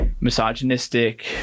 misogynistic